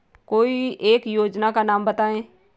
कोई एक योजना का नाम बताएँ?